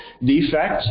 defect